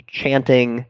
chanting